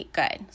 good